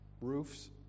roofs